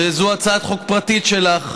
שזו הצעת חוק פרטית שלך,